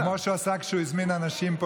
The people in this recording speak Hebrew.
כמו שהוא עשה כשהוא הזמין האנשים פה,